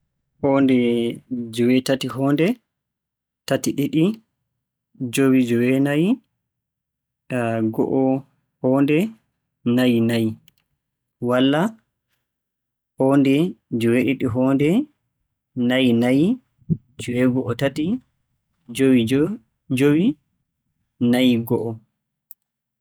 Hoonde, joweetati, hoonde, tati, ɗiɗi, jowi, joweenayi, go'o, hoonde, nayi, nayi, walla hoonde, joweeɗiɗi, hoonde, nayi, nayi, joweego'o, jowi, - jowi, nayi, go'o.